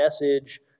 message